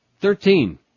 Thirteen